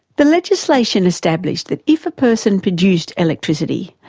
the legislation established that if a person produced electricity,